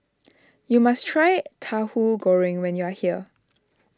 you must try Tahu Goreng when you are here